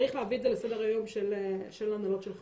צריך להביא את זה לסדר היום של הנהלות ושל חברות.